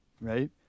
right